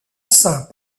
saint